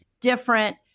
different